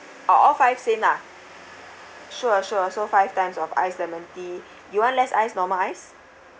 oh all five same lah sure sure so five times of iced lemon tea you less ice normal ice